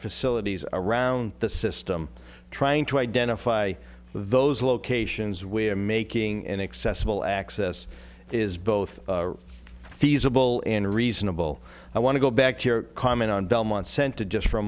facilities around the system trying to identify those locations where making inaccessible access is both feasible and reasonable i want to go back to your comment on belmont sent to just for a